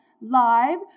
live